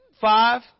five